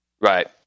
right